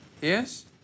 Yes